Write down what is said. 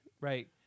right